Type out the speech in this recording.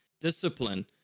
discipline